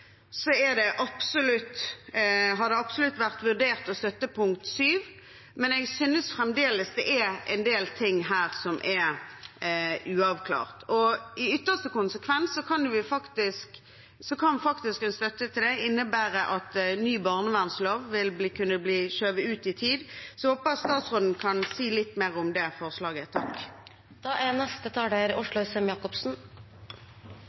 har det absolutt vært vurdert å støtte forslag nr. 7, men jeg synes fremdeles det er en del ting her som er uavklart. I ytterste konsekvens kan faktisk en støtte til det innebære at ny barnevernslov vil kunne bli skjøvet ut i tid. Så jeg håper statsråden kan si litt mer om det forslaget. I hovedinnlegget ble det naturlig nok pekt en del på det som er